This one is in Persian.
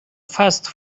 فست